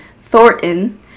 Thornton